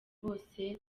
bose